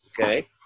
Okay